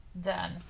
Done